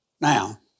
Now